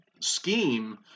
scheme